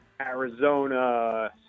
Arizona